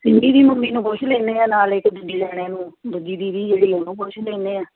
ਸਿੰਮੀ ਦੀ ਮੰਮੀ ਨੂੰ ਪੁੱਛ ਲੈਂਦੇ ਹਾਂ ਨਾਲ ਇੱਕ ਦੂਜੀ ਜਾਣੇ ਨੂੰ ਦੂਜੀ ਦੀਦੀ ਜਿਹੜੀ ਉਹਨੂੰ ਪੁੱਛ ਲੈਂਦੇ ਹਾਂ